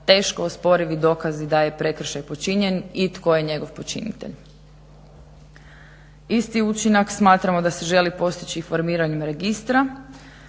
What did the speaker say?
teško osporivi dokazi da je prekršaj počinjen i tko je njegov počinitelj. Isti učinak smatramo da se želi postići i formiranjem registra